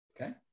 Okay